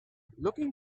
looking